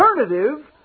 alternative